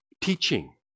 Teaching